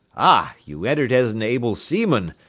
ah! you entered as an able seaman,